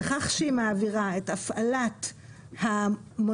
בכך שהיא מעבירה את הפעלת מוניות